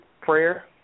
prayer